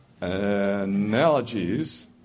analogies